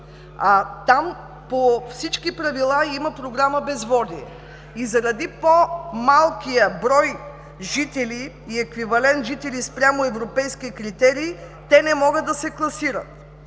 Там по всички правила има програма „Безводие“ и заради по-малкия брой жители и еквивалент жители спрямо европейския критерий, те не могат да се класират.